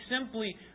simply